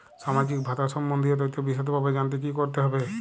সামাজিক ভাতা সম্বন্ধীয় তথ্য বিষদভাবে জানতে কী করতে হবে?